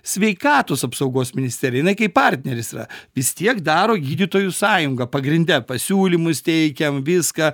sveikatos apsaugos ministerija jinai kaip partneris yra vis tiek daro gydytojų sąjunga pagrinde pasiūlymus teikia viską